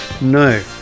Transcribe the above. No